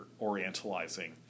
orientalizing